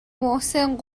محسن